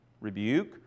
rebuke